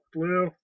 Blue